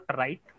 right